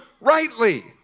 rightly